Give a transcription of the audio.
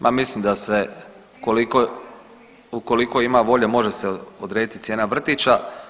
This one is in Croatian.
Pa mislim da se ukoliko ima volje može se odrediti cijena vrtića.